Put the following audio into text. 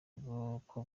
ubwoko